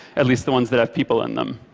at least the ones that have people in them.